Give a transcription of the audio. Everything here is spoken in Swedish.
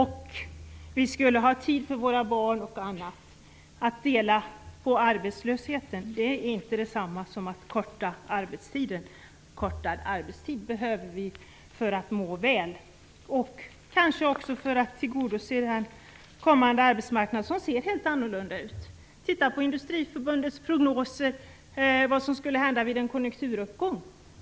Vi skulle få tid för våra barn och annat. Att dela på arbetslösheten är inte detsamma som att förkorta arbetstiden. Förkortad arbetstid behöver vi för att må väl, och kanske också för att tillgodose en kommande arbetsmarknad som ser helt annorlunda ut. Vi kan titta på Industriförbundets prognoser om vad som skulle hända vid en konjunkturuppgång.